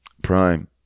Prime